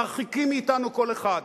מרחיקים מאתנו כל אחד.